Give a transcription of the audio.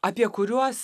apie kuriuos